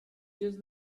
just